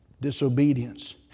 Disobedience